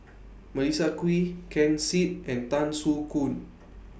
Melissa Kwee Ken Seet and Tan Soo Khoon